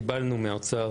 קיבלנו מהאוצר,